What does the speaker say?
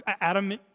Adam